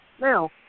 Now